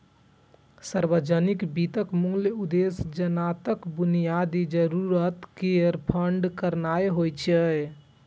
सार्वजनिक वित्तक मूल उद्देश्य जनताक बुनियादी जरूरत केर प्रबंध करनाय होइ छै